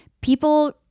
People